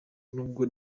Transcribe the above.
n’ubwo